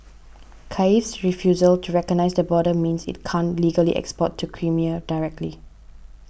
Kiev's refusal to recognise the border means it can't legally export to Crimea directly